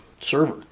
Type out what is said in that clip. server